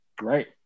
right